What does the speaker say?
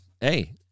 hey